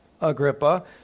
Agrippa